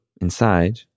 Inside